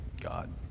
God